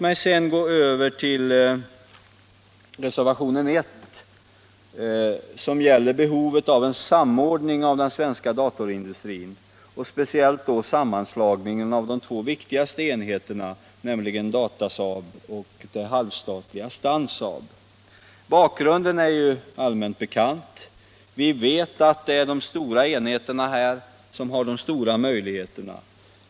Jag går nu över till reservationen I som gäller behovet av en samordning av den svenska datorindustrin, och speciellt då sammanslagning av de två viktigaste enheterna, nämligen Datasaab och det halvstatliga Stansaab. Bakgrunden är ju allmänt bekant. Vi vet att det är de stora enheterna som har de stora möjligheterna.